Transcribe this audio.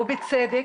ובצדק,